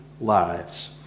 lives